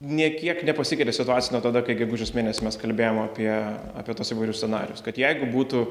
nė kiek nepasikeitė situacija nuo tada kai gegužės mėnesį mes kalbėjom apie apie tuos įvairius scenarijus kad jeigu būtų